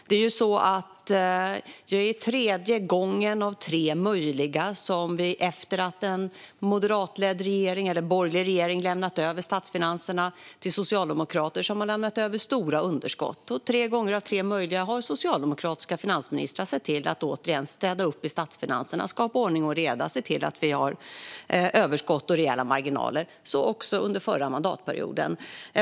Det är tredje gången av tre möjliga som en borgerlig regering har lämnat över statsfinanser med stora underskott till socialdemokrater, och tre gånger av tre möjliga som socialdemokratiska finansministrar har sett till att återigen städa upp i statsfinanserna, skapat ordning och reda och sett till att vi har haft överskott och rejäla marginaler. Så också under den förra mandatperioden.